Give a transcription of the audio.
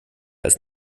als